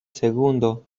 segundo